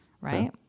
Right